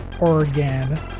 Oregon